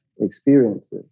experiences